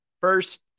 First